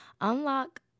unlock